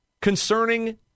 concerning